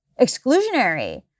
exclusionary